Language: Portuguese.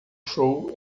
show